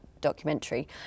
documentary